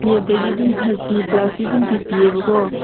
ꯃꯤ ꯑꯇꯩꯗꯤ ꯑꯗꯨꯝ ꯊꯥꯔꯇꯤ ꯄ꯭ꯂꯁꯇꯤ ꯑꯗꯨꯝ ꯄꯤꯕꯤꯌꯦꯕꯀꯣ